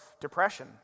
depression